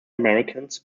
americans